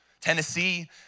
Tennessee